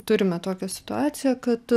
turime tokią situaciją kad